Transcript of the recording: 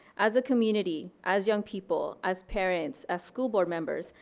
as a community, as young people, as parents, as school board members,